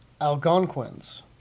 Algonquins